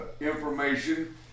information